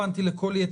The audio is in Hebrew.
התו